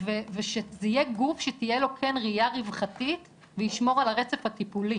ושזה יהיה גוף שתהיה לו כן ראייה רווחתית וישמור על הרצף הטיפולי.